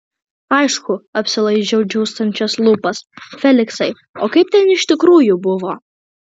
aišku apsilaižau džiūstančias lūpas feliksai o kaip ten iš tikrųjų buvo